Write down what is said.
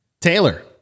Taylor